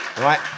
Right